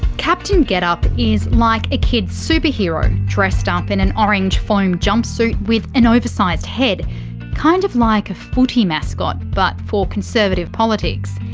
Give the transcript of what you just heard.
captain getup is like a kids superhero dressed up in an orange foam jumpsuit with an oversized head kind of like a footy mascot, but for conservative politics.